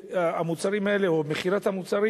או מכירת המוצרים,